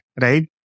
right